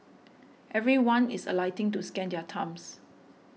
everyone is alighting to scan their thumbs